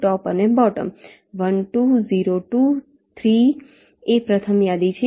ટોપ અને બોટમ 1 2 0 2 3 એ પ્રથમ યાદી છે